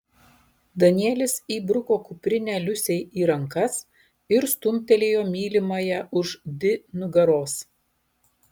danielis įbruko kuprinę liusei į rankas ir stumtelėjo mylimąją už di nugaros